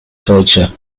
torture